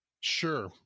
Sure